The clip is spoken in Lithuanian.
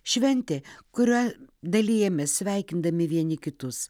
šventė kuria dalijamės sveikindami vieni kitus